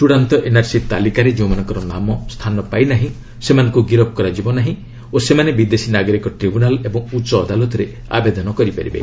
ଚୂଡାନ୍ତ ଏନ୍ଆର୍ସି ତାଲିକାରେ ଯେଉଁମାନଙ୍କ ନାମ ସ୍ଥାନ ପାଇନାହିଁ ସେମାନଙ୍କୁ ଗିରଫ କରାଯିବ ନାହିଁ ଓ ସେମାନେ ବିଦେଶୀ ନାଗରିକ ଟ୍ରିବ୍ୟୁନାଲ ଏବଂ ଉଚ୍ଚ ଅଦାଲତରେ ଆବେଦନ କରିପାରିବେ